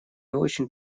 очень